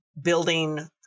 building